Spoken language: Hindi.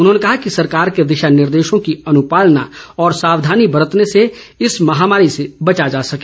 उन्होंने कहा कि सरकार के दिशा निर्देशों की अनुपालना और सावधानी बरतने से इस महामारी से बचा जा सके